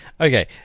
Okay